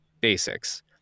basics